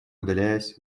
удаляясь